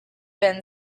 been